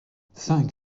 cinq